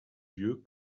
vieux